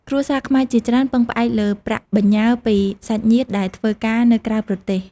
គ្រួសារខ្មែរជាច្រើនពឹងផ្អែកលើប្រាក់បញ្ញើពីសាច់ញាតិដែលធ្វើការនៅក្រៅប្រទេស។